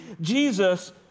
Jesus